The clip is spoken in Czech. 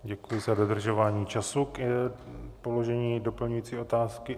Děkuji za dodržování času k položení doplňující otázky.